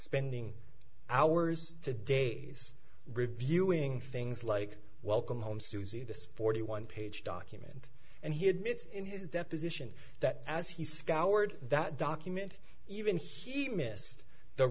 spending hours to days reviewing things like welcome home suzy this forty one page document and he admits in his deposition that as he scoured that document even he missed the